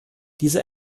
diese